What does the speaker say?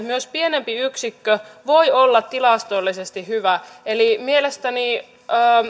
myös pienempi yksikkö voi olla tilastollisesti hyvä eli mielestäni